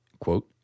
quote